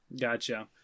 gotcha